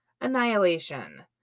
annihilation